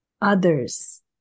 others